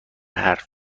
حرف